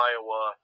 Iowa